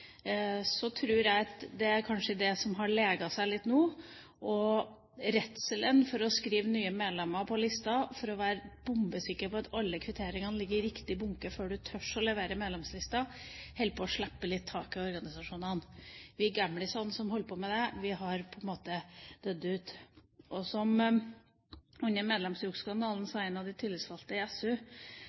Jeg tror kanskje det er det som har leget seg litt nå; redselen for å skrive opp nye medlemmer på listen, man ville være bombesikker på at alle kvitteringer lå i riktig bunke før man turte å levere medlemslisten, holder på å slippe litt taket i organisasjonene. Vi «gamlisene» som holdt på med det, har på en måte dødd ut. Under medlemsjuksskandalen sa en av de tillitsvalgte i SU